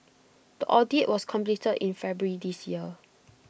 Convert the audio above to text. the audit was completed in February this year